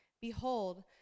Behold